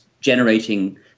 generating